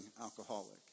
alcoholic